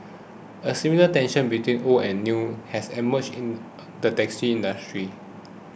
a similar tension between old and new has emerged in the taxi industry